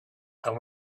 and